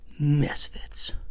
misfits